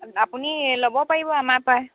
আপুনি ল'ব পাৰিব আমাৰপৰাই